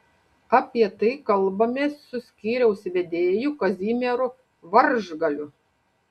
apie tai kalbamės su skyriaus vedėju kazimieru varžgaliu